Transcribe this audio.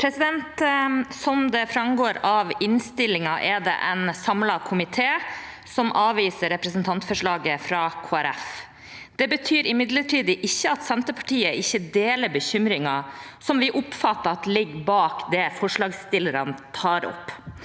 Som det framgår av innstillingen, er det en samlet komité som avviser representantforslaget fra Kristelig Folkeparti. Det betyr imidlertid ikke at Senterpartiet ikke deler bekymringen som vi oppfatter ligger bak det forslagsstillerne tar opp.